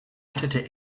städte